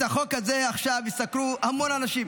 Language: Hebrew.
את החוק הזה עכשיו יסקרו המון אנשים,